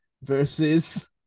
Versus